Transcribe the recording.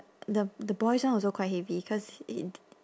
the the boys' one also quite heavy cause it